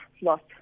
lost